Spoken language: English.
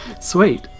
Sweet